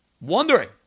Wondering